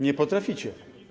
Nie potraficie.